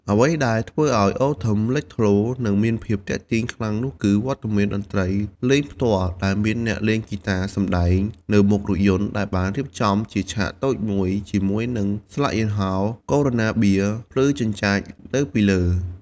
អ្វីដែលធ្វើឱ្យ អូ ថឹម លេចធ្លោ និងមានភាពទាក់ទាញខ្លាំងនោះគឺវត្តមានតន្ត្រីលេងផ្ទាល់ ដែលមានអ្នកលេងហ្គីតាសំដែងនៅមុខរថយន្តដែលបានរៀបចំជាឆាកតូចមួយ ជាមួយនឹងស្លាកយីហោ កូរ៉ូណាបៀរ ភ្លឺចិញ្ចាចនៅពីលើ។